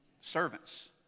servants